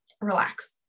relax